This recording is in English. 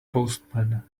postman